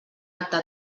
acte